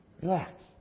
Relax